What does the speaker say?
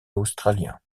australien